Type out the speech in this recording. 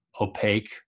opaque